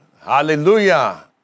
Hallelujah